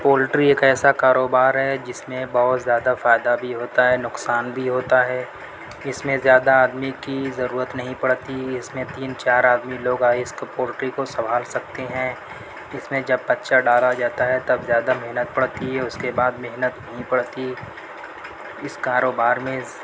poultry ایک ایسا کاروبار ہے جس میں بہت زیادہ فائدہ بھی ہوتا ہے نقصان بھی ہوتا اس میں زیادہ آدمی کی ضرورت نہیں پڑتی اس میں تین چار آدمی لوگ اس پولٹری کو سنبھال سکتے ہیں اس میں جب بچہ ڈالا جاتا ہے تب زیادہ محنت پڑتی ہے اس کے بعد محنت نہیں پڑتی اس کاروبار میں